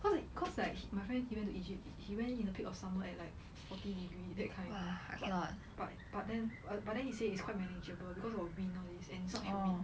cause cause like my friend he went to egypt he went in the peak of summer at like forty degree that kind lah but but then but then he say it's quite manageable because got wind all this and it's not humid